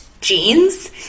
jeans